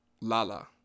Lala